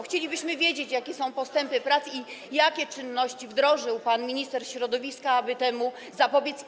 Chcielibyśmy wiedzieć, jakie są postępy w pracach i jakie czynności wdrożył pan minister środowiska, aby temu zapobiec.